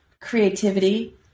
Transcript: creativity